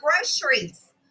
groceries